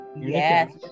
Yes